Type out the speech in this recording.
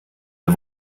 der